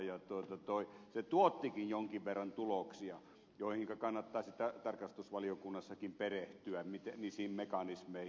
se tuottikin jonkin verran tuloksia joihin kattaisi tarkastusvaliokunnassakin perehtyä niihin mekanismeihin